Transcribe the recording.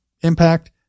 impact